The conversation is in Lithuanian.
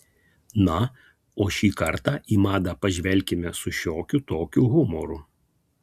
na o šį kartą į madą pažvelkime su šiokiu tokiu humoru